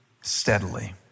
steadily